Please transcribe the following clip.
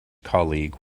colleague